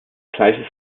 gleiches